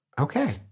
Okay